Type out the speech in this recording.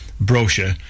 brochure